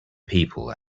people